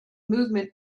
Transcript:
movement